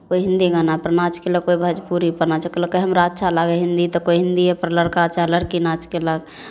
कोइ हिंदी गानापर नाच कयलक कोइ भोजपुरीपर नाच केलकै हमरा अच्छा लगै हइ हिंदी तऽ कोइ हिंदिएपर लड़का चाहे लड़की नाच कयलक